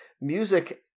music